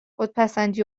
خودپسندی